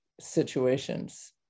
situations